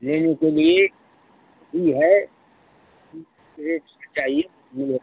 लेने के लिए ई है कि रेट से चाहिए मिले